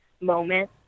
moment